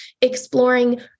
exploring